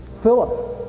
Philip